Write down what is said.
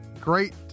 great